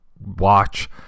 watch